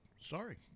sorry